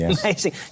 Amazing